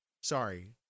sorry